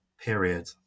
Period